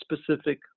specific